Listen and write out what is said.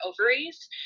ovaries